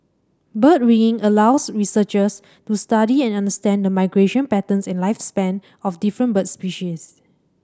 bird ringing allows researchers to study and understand the migration patterns and lifespan of different bird species